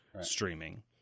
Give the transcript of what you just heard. streaming